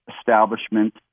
establishment